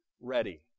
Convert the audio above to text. ready